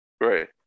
Right